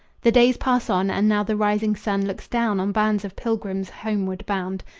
the days pass on and now the rising sun looks down on bands of pilgrims homeward bound,